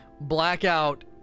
Blackout